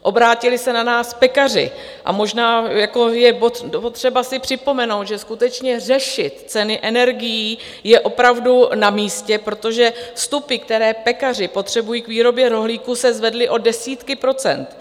Obrátili se na nás pekaři, a možná je potřeba si připomenout, že skutečně řešit ceny energií je opravdu namístě, protože vstupy, které pekaři potřebují k výrobě rohlíků, se zvedly o desítky procent.